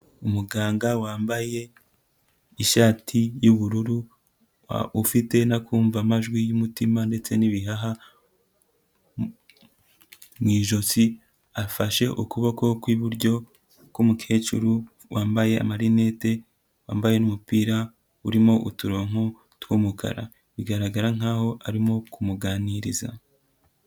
Umuganga wambaye ishati y'ubururu, ufite n'akumvamajwi y'umutima ndetse n'ibihaha, mu ijosi afashe ukuboko kw'iburyo k'umukecuru wambaye amarinete, wambaye n'umupira urimo uturonko tw'umukara, bigaragara nkaho arimo kumuganiriza.